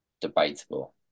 debatable